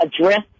address